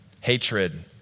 hatred